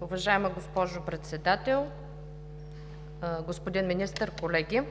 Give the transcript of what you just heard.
Уважаема госпожо Председател, господин Министър, колеги!